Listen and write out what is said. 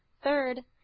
third,